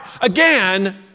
Again